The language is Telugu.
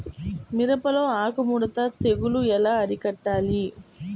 మిరపలో ఆకు ముడత తెగులు ఎలా అరికట్టాలి?